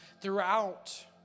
throughout